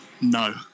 No